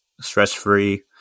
stress-free